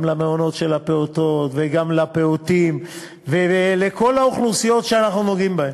גם למעונות של הפעוטות וגם לפעוטים ולכל האוכלוסיות שאנחנו נוגעים בהן.